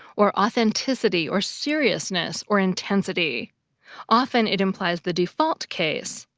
or authenticity, or seriousness, or intensity often, it implies the default case.